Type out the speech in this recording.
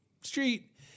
street